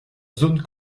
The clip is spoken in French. zone